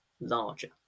larger